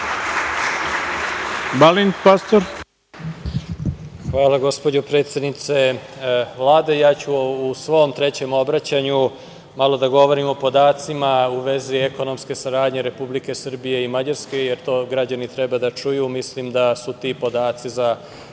**Balint Pastor** Hvala, gospođo predsednice. Ja ću u svom trećem obraćanju malo da govorim o podacima u vezi ekonomske saradnje Republike Srbije i Mađarske, jer to građani treba da čuju. Mislim da su ti podaci za